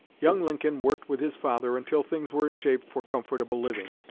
young lincoln worked with his father until things were in shape for comfortable living.